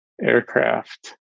aircraft